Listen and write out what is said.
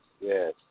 yes